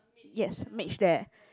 yes mage there